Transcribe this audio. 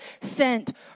sent